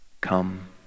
come